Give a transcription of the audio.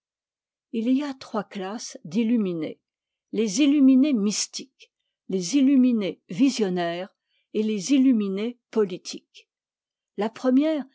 société y a trois classes d'iiïuminés les illuminés mystiques les illuminés visionnaires et les illuminës politiques la première